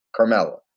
Carmella